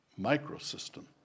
microsystem